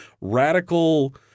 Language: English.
radical